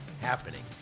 happening